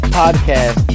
podcast